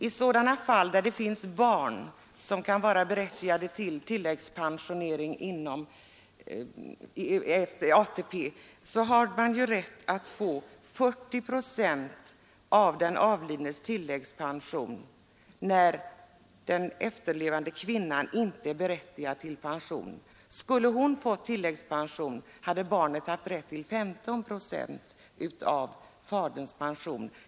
I sådana fall då den efterlevande kvinnan inte är berättigad till änkepension utgör barnpensionen 40 procent av den avlidnes tilläggspension. Skulle kvinnan ha fått tilläggspension hade barnet haft rätt till 15 procent av faderns pension.